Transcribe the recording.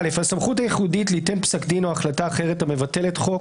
(א) הסמכות הייחודית ליתן פסק דין או החלטה אחרת המבטלת חוק,